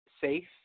safe